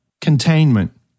containment